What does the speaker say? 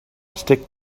stick